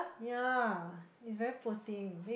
ya is very poor thing